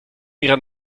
ihre